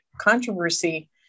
controversy